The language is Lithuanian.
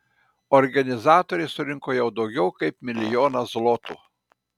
organizatoriai surinko jau daugiau kaip milijoną zlotų